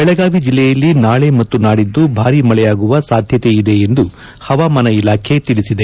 ಬೆಳಗಾವಿ ಜಿಲ್ಲೆಯಲ್ಲಿ ನಾಳೆ ಮತ್ತು ನಾಡಿದ್ದು ಭಾರಿ ಮಳೆಯಾಗುವ ಸಾಧ್ಯತೆ ಇದೆ ಎಂದು ಹವಾಮಾನ ಇಲಾಖೆ ತಿಳಿಸಿದೆ